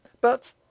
But